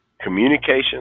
communication